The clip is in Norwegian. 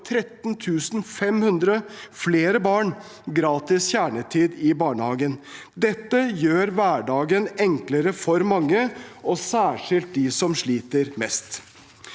13 500 flere barn gratis kjernetid i barnehagen. Dette vil gjøre hverdagen enklere for mange, og særskilt dem som sliter mest.